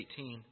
18